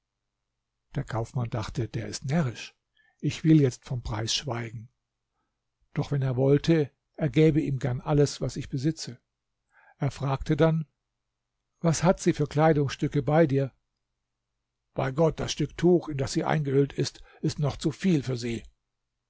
der kaufmann dachte der ist närrisch ich will jetzt vom preis schweigen doch wenn er wollte ich gäbe ihm gern alles was ich besitze er fragte dann was hat sie für kleidungsstücke bei dir bei gott das stück tuch in das sie eingehüllt ist ist noch zu viel für sie